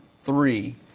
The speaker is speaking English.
three